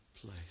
place